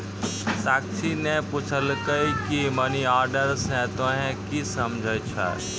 साक्षी ने पुछलकै की मनी ऑर्डर से तोंए की समझै छौ